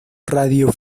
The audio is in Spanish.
radio